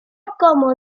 como